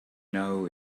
know